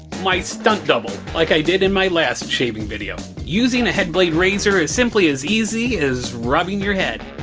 my stunt double like i did in my last shaving video. using a headblade razor is simply as easy as rubbing your head.